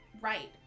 right